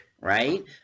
right